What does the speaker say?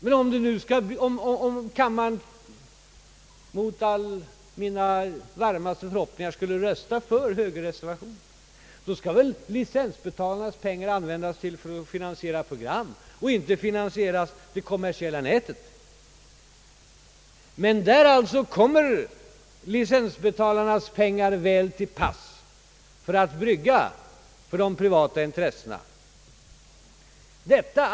Men om kammaren — mot alla mina varmaste förhoppningar — skulle rösta för högerreservationen, borde väl licensbetalarnas pengar användas till att finansiera program och inte till att finansiera det kommersiella nätet. Men där kommer alltså licensbetalarnas pengar väl till pass för att stödja de privata intressena.